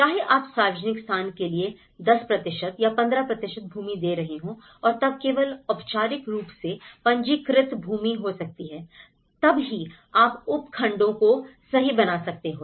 चाहे आप सार्वजनिक स्थान के लिए १० या १५ भूमि दे रहे हों और तब केवल औपचारिक रूप से पंजीकृत भूमि हो सकती है तब ही आप उपखंडों को सही बना सकते हैं